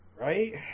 Right